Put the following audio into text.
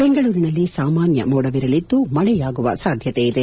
ಬೆಂಗಳೂರಿನಲ್ಲಿ ಸಾಮಾನ್ಯ ಮೋಡವಿರಲಿದ್ದು ಮಳೆಯಾಗುವ ಸಾಧ್ವತೆಯಿದೆ